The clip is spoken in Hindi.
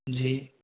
जी